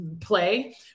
play